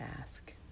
ask